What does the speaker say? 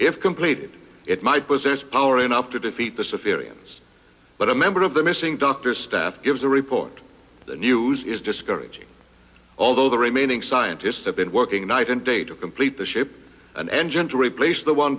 if completed it might but there's already enough to defeat the civilians but a member of the missing dr staff gives a report the news is discouraging although the remaining scientists have been working night and day to complete the ship an engine to replace the one